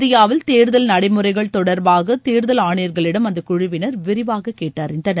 இந்தியாவில் தேர்தல் நடைமுறைகள் தொடர்பாக தேர்தல் ஆணையர்களிடம் அந்த குழுவினர் விரிவாக கேட்டறிந்தனர்